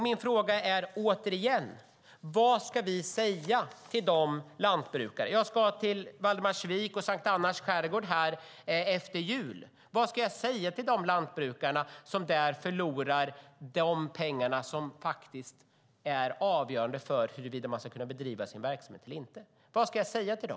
Jag frågar återigen: Jag ska till Valdemarsvik och Sankt Annas skärgård efter jul. Vad ska jag säga till lantbrukarna som där förlorar pengar som är avgörande för huruvida de ska kunna bedriva sin verksamhet eller inte?